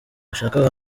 bashaka